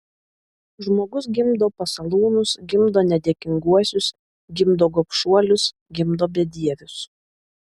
žmogus gimdo pasalūnus gimdo nedėkinguosius gimdo gobšuolius gimdo bedievius